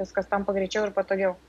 viskas tampa greičiau ir patogiau